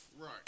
Right